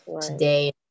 today